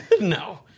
no